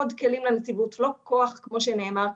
הסניפים ולוודא שהחובות אכן מיושמות שם.